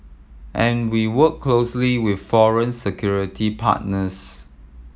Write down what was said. and we work closely with foreign security partners